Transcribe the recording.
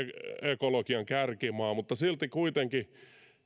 teknologian kärkimaa mutta